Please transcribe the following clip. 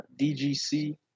DGC